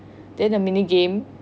then the mini game